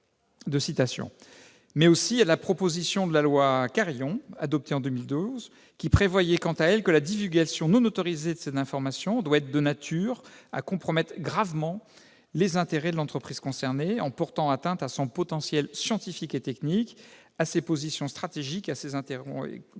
le contrôle », mais aussi à la proposition de loi Carayon, adoptée en 2012, qui prévoyait quant à elle que la divulgation non autorisée de ces informations doit être de nature à « compromettre gravement les intérêts de l'entreprise concernée en portant atteinte à son potentiel scientifique et technique, à ses positions stratégiques, à ses intérêts commerciaux